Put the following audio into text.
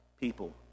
people